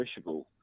fishable